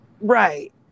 Right